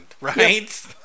right